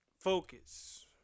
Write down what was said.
focus